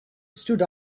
stood